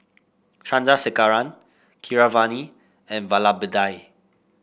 Chandrasekaran Keeravani and Vallabhbhai